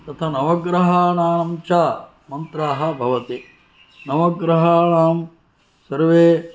तथा नवग्रहानां च मन्त्राः भवति नवग्रहाणां सर्वे